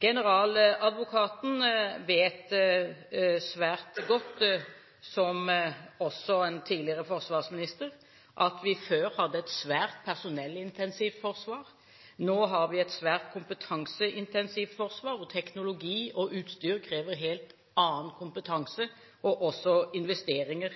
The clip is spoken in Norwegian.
Generaladvokaten vet svært godt – som også en tidligere forsvarsminister – at vi før hadde et svært personellintensivt forsvar. Nå har vi et svært kompetanseintensivt forsvar, hvor teknologi og utstyr krever helt annen kompetanse, og også investeringer.